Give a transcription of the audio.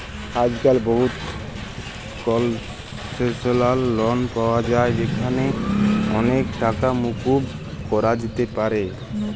আইজক্যাল বহুত কলসেসলাল লন পাওয়া যায় যেখালে অলেক টাকা মুকুব ক্যরা যাতে পারে